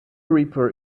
reaper